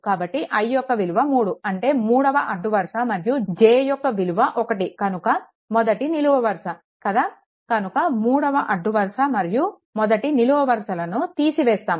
కాబట్టి i యొక్క విలువ 3 అంటే మూడవ అడ్డు వరుస మరియు j యొక్క విలువ 1 కనుక మొదటి నిలువు వరుస కదా కనుక మూడవ అడ్డు వరుస మరియు మొదటి నిలువు వరుసలను తీసివేస్తాము